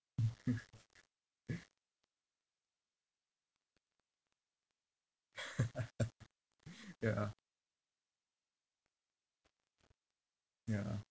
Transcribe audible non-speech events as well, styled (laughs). (laughs) (laughs) yeah yeah